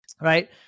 right